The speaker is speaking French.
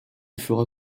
fera